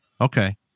Okay